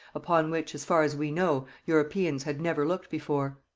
upon which, as far as we know, europeans had never looked before.